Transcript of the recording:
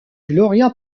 gloria